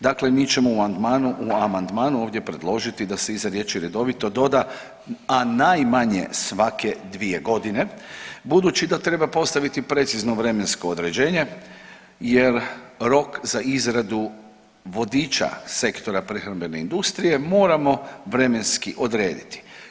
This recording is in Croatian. Dakle, mi ćemo u amandmanu ovdje predložiti da se iza riječi redovito doda, a najmanje svake dvije godine, budući da treba postaviti precizno vremensko određenje jer rok za izradu vodiča sektora prehrambene industrije moramo vremenski odrediti.